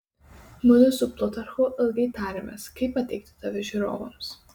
mudu su plutarchu ilgai tarėmės kaip pateikti tave žiūrovams